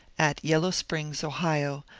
at yellow springs, ohio,